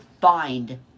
find